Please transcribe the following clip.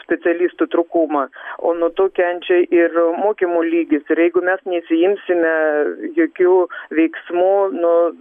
specialistų trūkumą o nuo to kenčia ir mokymo lygis ir jeigu mes nesiimsime jokių veiksmų nu